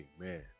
Amen